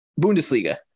Bundesliga